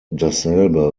dasselbe